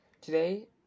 Today